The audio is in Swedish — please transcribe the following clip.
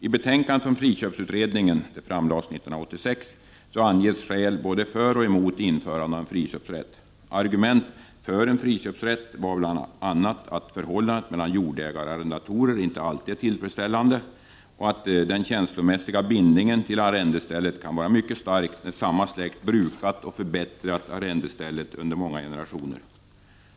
I betänkandet från friköpsutredningen, framlagt 1986, anges skäl både för och emot införande av en friköpsrätt. Argument för en friköpsrätt var bl.a. att förhållandet mellan jordägare och arrendatorer inte alltid är tillfredsställande och att den känslomässiga bindningen till arrendestället kan vara mycket stark när samma släkt har brukat och förbättrat arrendestället under flera generationer.